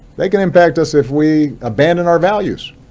they can impact us if we abandon our values.